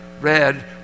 read